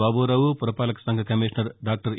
బాబూరావు పురపాలక సంఘ commissioner doctor ఎ